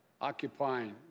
occupying